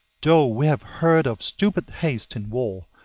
though we have heard of stupid haste in war,